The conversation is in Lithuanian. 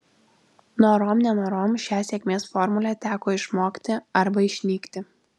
norom nenorom šią sėkmės formulę teko išmokti arba išnykti